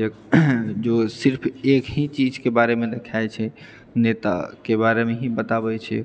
जे जो सिर्फ एक ही चीजके बारेमे देखाबए छै नेताके बारेमे ही बताबै छै